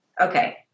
Okay